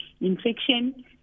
infection